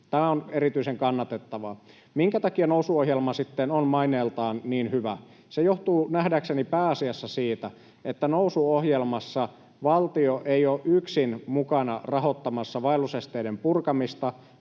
Tämä on erityisen kannatettavaa. Minkä takia Nousu-ohjelma sitten on maineeltaan niin hyvä? Se johtuu nähdäkseni pääasiassa siitä, että Nousu-ohjelmassa valtio ei ole yksin mukana rahoittamassa vaellusesteiden purkamista